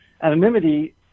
anonymity